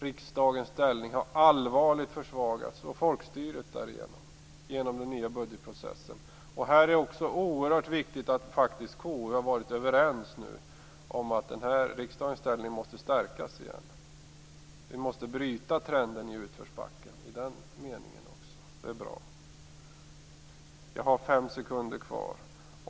Riksdagens ställning har allvarligt försvagats, och folkstyret därigenom, genom den nya budgetprocessen. Här är det också oerhört viktigt att KU faktiskt har varit överens om att riksdagens ställning måste stärkas igen. Vi måste bryta trenden i utförsbacken i den meningen också. Det är bra. Jag har fem sekunder kvar.